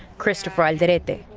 christopher identity.